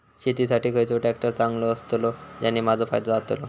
शेती साठी खयचो ट्रॅक्टर चांगलो अस्तलो ज्याने माजो फायदो जातलो?